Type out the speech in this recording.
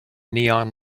neon